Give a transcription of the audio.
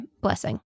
blessing